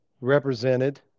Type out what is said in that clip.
represented